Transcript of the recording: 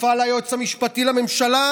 התקפה על היועץ המשפטי לממשלה?